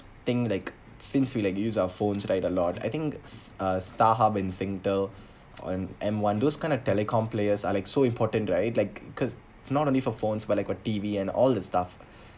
thing like since we like use our phones right a lot I think s~ uh Starhub and Singtel and M one those kind of telecom players are like so important right like cause not only for phones but like for T_V and all the stuff